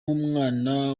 nk’umwana